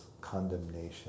condemnation